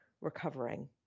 recovering